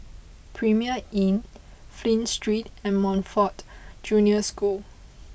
Premier Inn Flint Street and Montfort Junior School